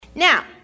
Now